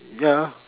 ya